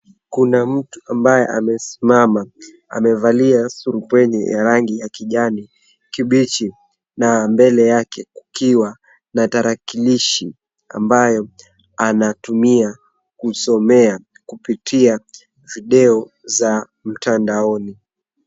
Kuna mtu ambaye amesimama. Amevalia surupwenye ya rangi ya kijani kibichi na mbele yake kukiwa na tarakilishi ambayo anatumia kusomea kupitia video za mtandaoni.